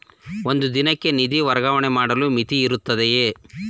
ಒಂದು ದಿನಕ್ಕೆ ನಿಧಿ ವರ್ಗಾವಣೆ ಮಾಡಲು ಮಿತಿಯಿರುತ್ತದೆಯೇ?